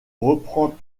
reprend